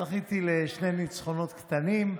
זכיתי לשני ניצחונות קטנים,